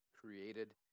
created